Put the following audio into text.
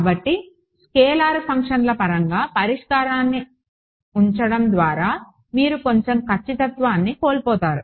కాబట్టి స్కేలార్ ఫంక్షన్ల పరంగా పరిష్కారాన్ని ఉంచడం ద్వారా మీరు కొంచెం ఖచ్చితత్వాన్ని కోల్పోతారు